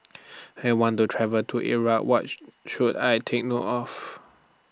I want to travel to Iraq What should I Take note of